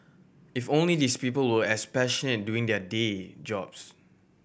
if only these people were as passionate doing their day jobs